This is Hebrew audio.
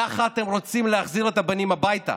ככה אתם רוצים להחזיר את הבנים הביתה?